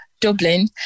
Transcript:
Dublin